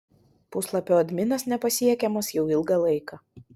puslapio adminas nepasiekiamas jau ilgą laiką